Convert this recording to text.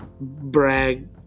brag